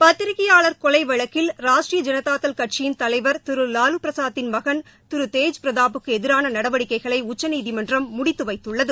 பத்திரிகையாளர் கொலை வழக்கில் ராஷ்ட்ரீய ஜனதாள் கட்சியின் தலைவர் திரு வாலுபிரசாத்தின் மகன் திரு தேஜ் பிரதாப்புக்கு எதிரான நடவடிக்கைகளை உச்சநீதிமன்றம் முடித்து வைத்துள்ளது